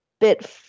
bit